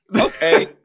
okay